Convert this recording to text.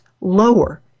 lower